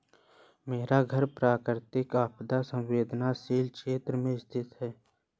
मेरा घर प्राकृतिक आपदा संवेदनशील क्षेत्र में स्थित है